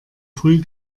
früh